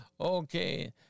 Okay